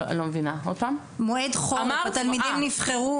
מועד חורף, התלמידים נבחנו